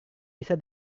bisa